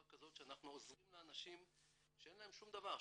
כזאת שאנחנו עוזרים לאנשים שאין להם שום דבר,